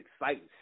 exciting